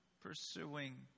pursuing